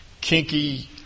kinky